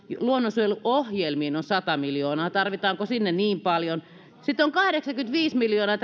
luonnonsuojeluohjelmiin sata miljoonaa tarvitaanko sinne niin paljon ja sitten on kahdeksankymmentäviisi miljoonaa